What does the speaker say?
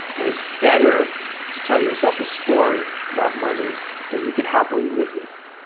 and it's better to tell yourself a story about money that you can happily live with.